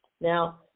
Now